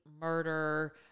murder